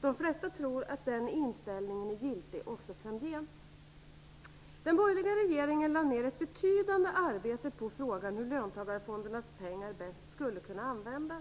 De flesta tror att den inställningen är giltig också framgent. Den borgerliga regeringen lade ned ett betydande arbete på frågan hur löntagarfondernas pengar bäst skulle kunna användas.